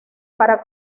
para